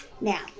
Now